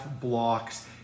blocks